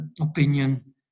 opinion